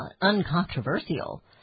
uncontroversial